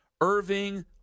Irving